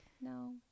no